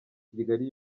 kigali